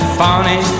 funny